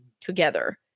together